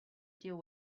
deal